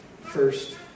first